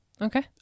Okay